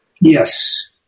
Yes